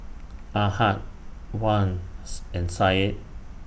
Ahad Wan's and Said